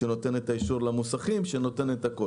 נותנת אישור למוסכים וכן הלאה.